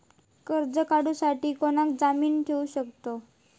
कर्ज काढूसाठी कोणाक जामीन ठेवू शकतव?